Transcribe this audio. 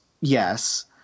yes